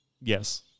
Yes